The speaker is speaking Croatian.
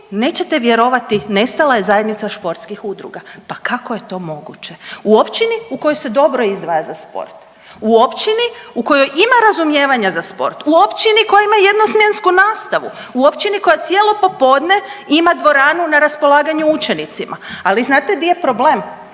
nećete vjerovati, nestala je zajednica športskih udruga. Pa kako je to moguće? U općini u kojoj se dobro izdvaja za sport. U općini u kojoj ima razumijevanja za sport, u općini koja ima jednosmjensku nastavu, u općini koja cijelo popodne ima dvoranu na raspolaganju učenicima, ali znate di je problem?